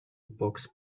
box